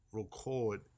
record